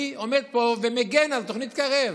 אני עומד פה ומגן על תוכנית קרב.